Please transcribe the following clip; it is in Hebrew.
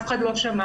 אף אחד לא שמע.